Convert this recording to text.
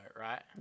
right